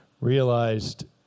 realized